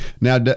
now